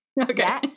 Okay